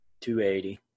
280